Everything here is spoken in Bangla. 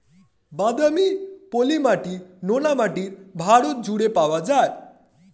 বাদামি, পলি মাটি, নোনা মাটি ভারত জুড়ে পাওয়া যায়